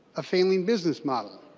a failing business model.